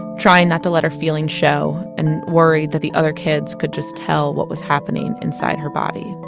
trying not to let her feelings show, and worried that the other kids could just tell what was happening inside her body